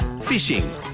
Fishing